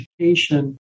education